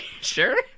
sure